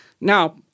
Now